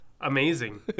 Amazing